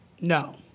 No